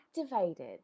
activated